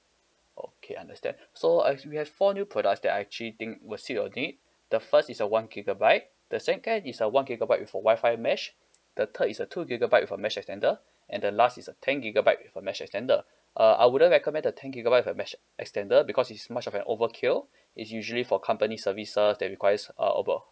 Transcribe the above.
okay understand so uh we have four new products that I actually think will suit your need the first is a one gigabyte the second is a one gigabyte with a Wi-Fi mesh the third is a two gigabyte with a mesh extender and the last is a ten gigabyte with a mesh extender uh I wouldn't recommend the ten gigabyte with a mesh extender because it's much of an overkill it's usually for company services that requires uh above